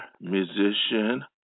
musician